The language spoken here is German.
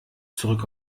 zurück